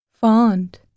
fond